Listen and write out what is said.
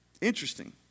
interesting